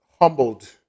humbled